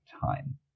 time